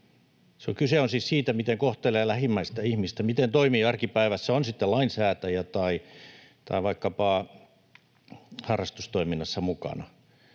Kyse on siis siitä, miten kohtelee lähimmäistä ihmistä, miten toimii arkipäivässä, on sitten lainsäätäjä tai vaikkapa harrastustoiminnassa mukana.